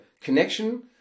connection